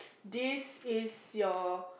this is your